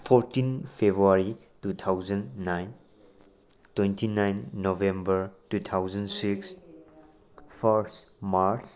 fourteen February two thousand nine twenty nine November two thousand six first March